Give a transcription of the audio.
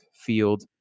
field